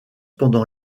pendant